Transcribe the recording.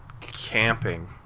camping